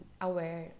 aware